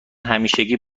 همیشگی